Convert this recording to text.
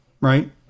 right